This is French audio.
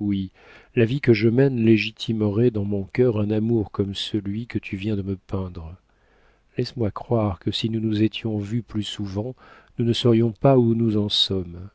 oui la vie que je mène légitimerait dans mon cœur un amour comme celui que tu viens de me peindre laisse-moi croire que si nous nous étions vues plus souvent nous ne serions pas où nous en sommes